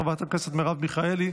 חבר הכנסת חילי טרופר,